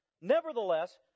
nevertheless